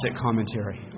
commentary